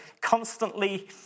constantly